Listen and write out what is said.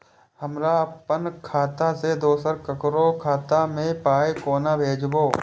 हमरा आपन खाता से दोसर ककरो खाता मे पाय कोना भेजबै?